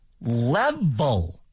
level